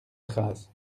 grâce